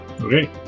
Okay